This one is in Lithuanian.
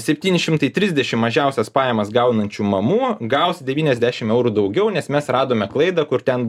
septyni šimtai trisdešimt mažiausias pajamas gaunančių mamų gaus devyniasdešimt eurų daugiau nes mes radome klaidą kur ten